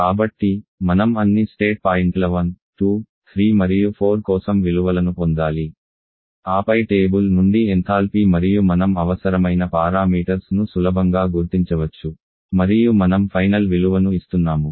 కాబట్టి మనం అన్ని స్టేట్ పాయింట్ల 1 2 3 మరియు 4 కోసం విలువలను పొందాలి ఆపై టేబుల్ నుండి ఎంథాల్పీ మరియు మనం అవసరమైన పారామీటర్స్ ను సులభంగా గుర్తించవచ్చు మరియు మనం ఫైనల్ విలువను ఇస్తున్నాము